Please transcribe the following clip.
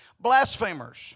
Blasphemers